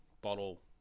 bottle